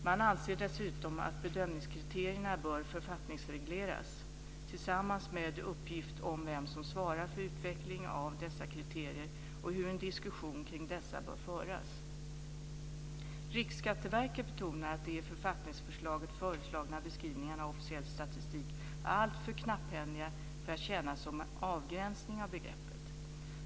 Man anser dessutom att bedömningskriterierna bör författningsregleras tillsammans med uppgift om vem som svarar för utveckling av dessa kriterier och hur en diskussion kring dessa bör föras. Riksskatteverket betonar att de i författningsförslaget föreslagna beskrivningarna av officiell statistik är alltför knapphändiga för att tjäna som avgränsning av begreppet.